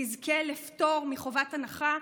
תזכה לפטור מחובת הנחה,